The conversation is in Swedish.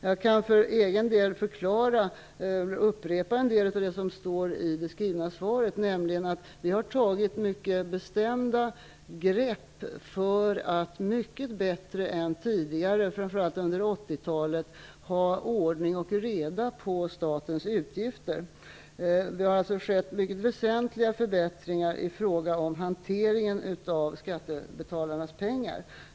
Jag kan för egen del upprepa en del av det som står i det skrivna svaret, nämligen att vi har tagit mycket bestämda grepp för att mycket bättre än tidigare, framför allt under 80-talet, ha ordning och reda på statens utgifter. Det har alltså skett mycket väsentliga förbättringar i fråga om hanteringen av skattebetalarnas pengar.